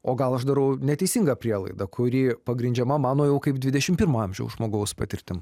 o gal aš darau neteisingą prielaidą kuri pagrindžiama mano jau kaip dvidešim pirmo amžiaus žmogaus patirtim